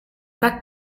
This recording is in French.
pas